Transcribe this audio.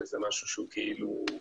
שזה משהו שהוא לא מקובל.